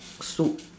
soup